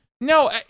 No